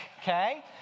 okay